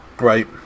Right